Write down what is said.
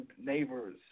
neighbors